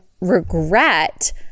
regret